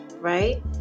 Right